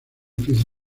difícil